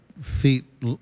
feet